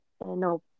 No